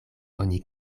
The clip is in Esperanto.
oni